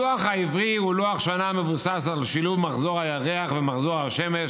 הלוח העברי הוא לוח שנה המבוסס על שילוב מחזור הירח ומחזור השמש